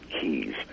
keys